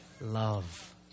love